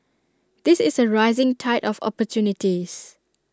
this is A rising tide of opportunities